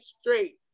straight